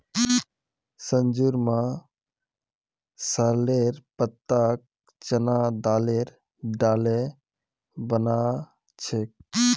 संजूर मां सॉरेलेर पत्ताक चना दाले डाले बना छेक